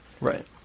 Right